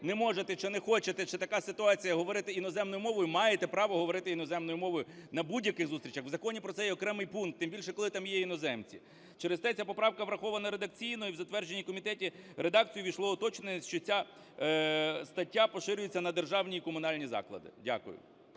не можете чи не хочете, чи така ситуація - говорити іноземною мовою, маєте право говорити іноземною мовою на будь-яких зустрічах. У законі про це є окремий пункт, тим більше коли там є іноземці. Через це ця поправка врахована редакційно, і в затвердженій комітетом редакції ввійшло уточнення, що ця стаття поширюється на державні і комунальні заклади. Дякую.